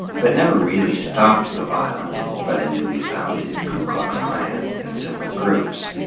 but never really stopped the violence by the newly founded ku klux klan and similar groups.